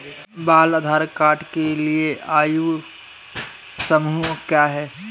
बाल आधार कार्ड के लिए आयु समूह क्या है?